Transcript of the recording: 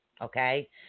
okay